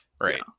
right